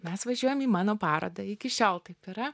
mes važiuojam į mano parodą iki šiol taip yra